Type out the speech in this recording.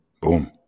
Boom